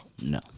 No